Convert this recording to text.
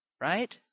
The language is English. Right